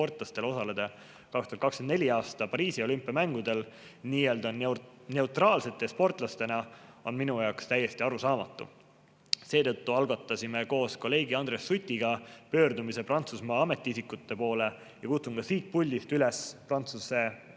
osaleda 2024. aasta Pariisi olümpiamängudel nii-öelda neutraalsete sportlastena on minu jaoks täiesti arusaamatu. Seetõttu algatasime koos kolleeg Andres Sutiga pöördumise Prantsusmaa ametiisikute poole. Ja kutsun ka siit puldist Prantsuse